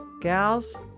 gals